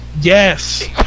yes